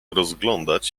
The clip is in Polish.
rozglądać